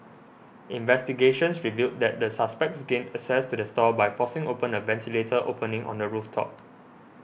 investigations revealed that the suspects gained access to the stall by forcing open a ventilator opening on the roof top